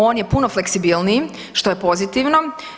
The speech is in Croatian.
On je puno fleksibilniji što je pozitivno.